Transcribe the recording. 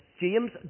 James